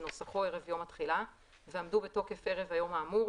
כנוסחו ערב יום התחילה ועמדו בתוקף ערב היום האמור,